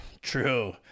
true